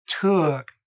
took